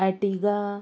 Ertiga